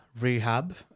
rehab